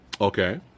Okay